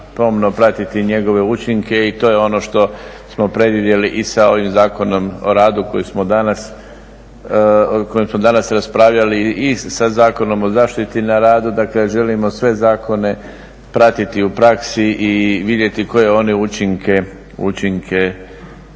pomno pratiti i njegove učinke i to je ono što smo predvidjeli i sa ovim Zakonom o radu o kojem smo danas raspravljali i sa Zakonom o zaštiti na radu, dakle želimo sve zakone pratiti u praksi i vidjeti koje se učinci